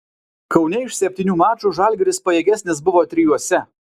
kaune iš septynių mačų žalgiris pajėgesnis buvo trijuose